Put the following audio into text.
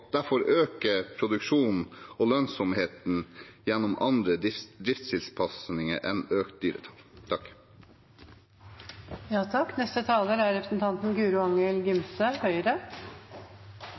derfor øke produksjonen og lønnsomheten gjennom andre driftstilpasninger enn økt dyretall.